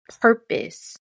Purpose